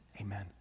amen